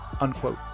Unquote